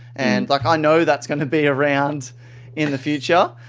and like i know that's going to be around in the future.